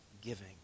giving